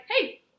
hey